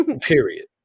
Period